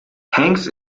hanks